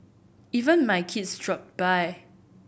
even my kids dropped by